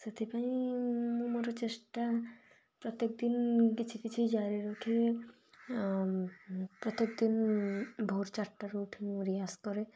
ସେଥିପାଇଁ ମୁଁ ମୋର ଚେଷ୍ଟା ପ୍ରତ୍ୟେକ ଦିନ କିଛି କିଛି ଜାରି ରଖେ ପ୍ରତ୍ୟେକ ଦିନ ଭୋର ଚାରଟାରୁ ଉଠି ମୁଁ ରିହାସ କରେ